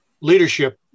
leadership